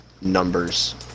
numbers